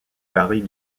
varie